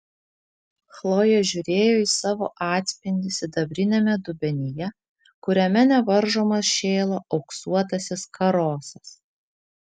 chlojė žiūrėjo į savo atspindį sidabriniame dubenyje kuriame nevaržomas šėlo auksuotasis karosas